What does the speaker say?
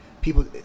people